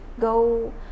go